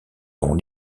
dont